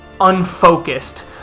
unfocused